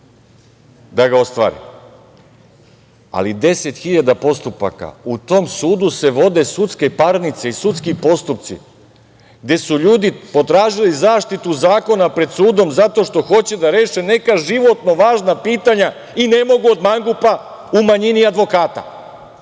da ga ostvari, ali 10.000 postupaka. U tom sudu se vode sudske parnice i sudski postupci gde su ljudi potražili zaštitu zakona pred sudom zato što hoće da reše neka životno važna pitanja i ne mogu od mangupa u manjini advokata.